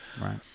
Right